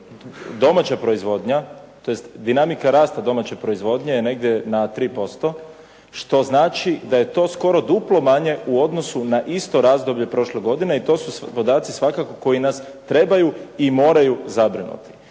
domaća proizvodnja, tj. dinamika rasta domaće proizvodnje je negdje na 3%, što znači da je to skoro duplo manje u odnosu na isto razdoblje prošle godine i to su podaci svakako koji nas trebaju i moraju zabrinuti.